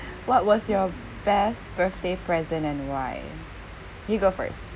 what was your best birthday present and why you go first